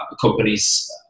companies